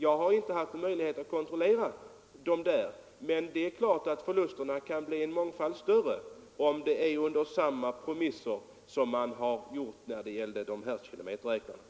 Jag har inte haft någon möjlighet att kontrollera saken, men det är klart att förlusterna kan bli många gånger större om samma premisser föreligger som beträffande kilometerräknarna.